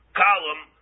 column